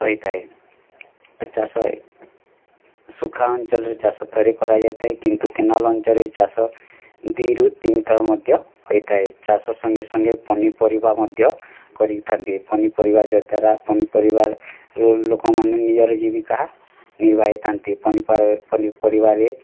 ହେଇଥାଏ ଏ ଚାଷ ଶୁଖା ଅଞ୍ଚଳରେ ଚାଷ ଥରେ କରାଯାଇଥାଏ କିନ୍ତୁ କେନାଲ୍ ଅଞ୍ଚଳରେ ଚାଷ ଦୁଇ ରୁ ତିନି ଥର ମଧ୍ୟ ହୋଇଥାଏ ଚାଷ ସଙ୍ଗେ ସଙ୍ଗେ ପନିପରିବା ମଧ୍ୟ କରିଥାନ୍ତି ପନିପରିବା ଯଦ୍ୱାରା ପନିପରିବାର ର ଲୋକମାନେ ନିଜର ଜୀବିକା ନିର୍ବାହୀଥାନ୍ତି ପନିପରିବାରେ